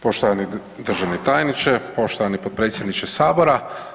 Poštovani državni tajniče, poštovani potpredsjedniče Sabora.